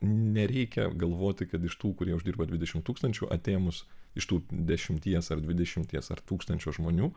nereikia galvoti kad iš tų kurie uždirba dvidešimt tūkstančių atėmus iš tų dešimties ar dvidešimties ar tūkstančio žmonių